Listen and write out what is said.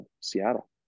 Seattle